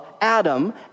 Adam